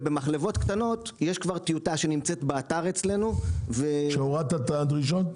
במחלבות קטנות יש כבר טיוטה שנמצא באתר שלנו --- הורדת את הדרישות?